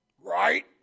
right